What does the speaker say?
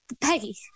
Peggy